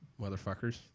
motherfuckers